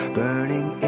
burning